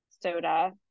soda